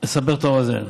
לסבר את האוזן,